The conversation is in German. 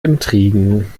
intrigen